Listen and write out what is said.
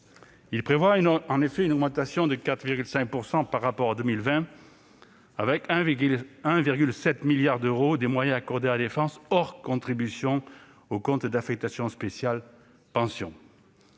Il prévoit en effet une augmentation de 4,5 % par rapport à 2020, avec 1,7 milliard d'euros des moyens accordés à la défense, hors contribution au compte d'affectation spéciale « Pensions